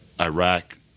iraq